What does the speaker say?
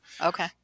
Okay